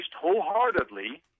wholeheartedly